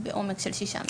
בעומק של שישה מטר.